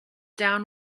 down